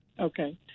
Okay